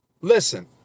Listen